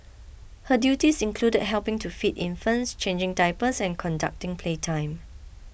her duties included helping to feed infants changing diapers and conducting playtime